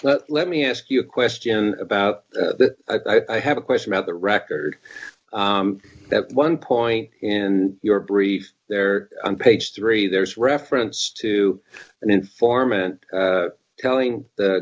let me ask you a question about that i have a question about the record that one point in your brief there on page three there is reference to an informant telling the